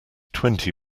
twenty